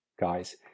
guys